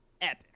epic